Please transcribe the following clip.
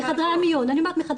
מחדרי המיון.